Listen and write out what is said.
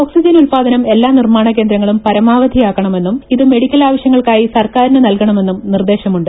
oxygen ഉത്പാദനം ് എല്ലാ നിർമാണ കേന്ദ്രങ്ങളും പരമാവധി യാക്കണമെന്നും ഇത് മെഡിക്കൽ ആവശ്യങ്ങൾക്കായി സർക്കാരിന് നൽകണമെന്നും നിർദ്ദേശമുണ്ട്